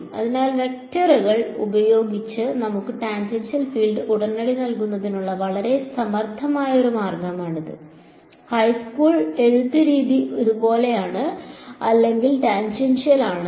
അതിനാൽ വെക്ടറുകൾ ഉപയോഗിച്ച് നമുക്ക് ടാൻജെൻഷ്യൽ ഫീൽഡ് ഉടനടി നൽകുന്നതിനുള്ള വളരെ സമർത്ഥമായ ഒരു മാർഗമാണിത് ഹൈസ്കൂൾ എഴുത്ത് രീതി ഇതുപോലെയാണ് അല്ലെങ്കിൽ ടാൻജെൻഷ്യൽ ആണ്